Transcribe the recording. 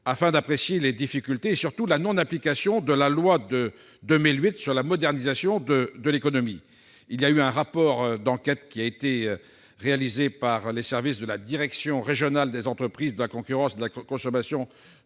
afin d'apprécier les difficultés et, surtout, la non-application de la loi du 4 août 2008 de modernisation de l'économie. Le rapport de l'enquête diligentée par les services de la direction régionale des entreprises, de la concurrence, de la consommation,